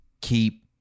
keep